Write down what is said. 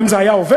אם זה היה עובד,